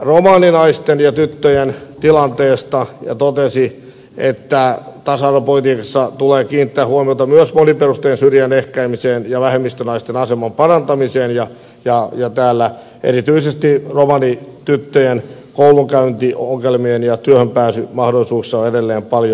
romaninaisten ja tyttöjen tilanteesta ja totesi että tasa arvopolitiikassa tulee kiinnittää huomiota myös moniperusteisen syrjinnän ehkäisemiseen ja vähemmistönaisten aseman parantamiseen ja täällä erityisesti romanityttöjen koulunkäynti ja työhönpääsymahdollisuuksissa on edelleen paljon kehitettävää